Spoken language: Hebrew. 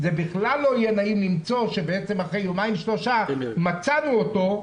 זה לא יהיה נעים למצוא שאחרי יומיים-שלושה מצאנו אותו,